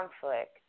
conflict